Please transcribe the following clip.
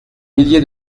milliers